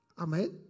Amen